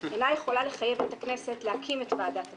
אינה יכולה לחייב את הכנסת להקים את ועדת הכנסת,